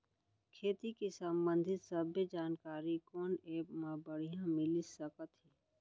खेती के संबंधित सब्बे जानकारी कोन एप मा बढ़िया मिलिस सकत हे?